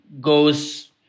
goes